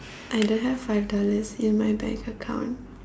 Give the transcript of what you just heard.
I don't have five dollars in my bank account